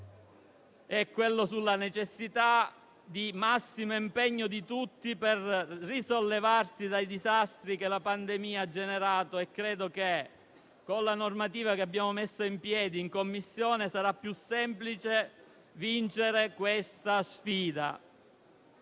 Pertanto, è necessario il massimo impegno di tutti per risollevarsi dai disastri che la pandemia ha generato e credo che con la normativa elaborata in Commissione sarà più semplice vincere questa sfida.